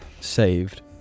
Saved